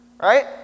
Right